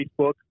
Facebook